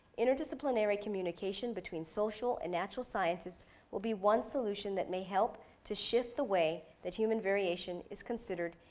interdisciplinary communication between social and natural scientists will be one solution that may help to shift the way that human variation is considered,